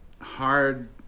hard